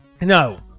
no